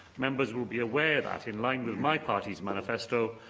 members will be aware that, in line with my party's manifesto,